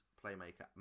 playmaker